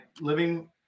living